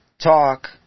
Talk